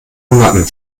monaten